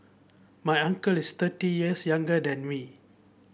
my uncle is thirty years younger than me